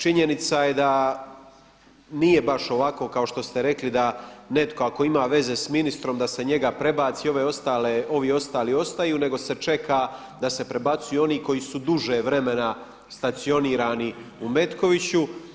Činjenica je da nije baš ovako kao što ste rekli da netko ako ima veze s ministrom da se njega prebaci, ovi ostali ostaju, nego se čeka da se prebacuju oni koji su duže vremena stacionirani u Mekoviću.